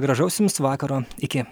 gražaus jums vakaro iki